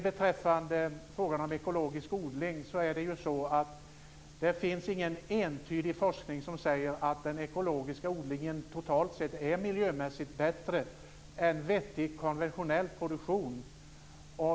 Beträffande frågan om ekologisk odling finns det ju ingen forskning som entydigt säger att den ekologiska odlingen totalt sett är miljömässigt bättre än vettig konventionell produktion.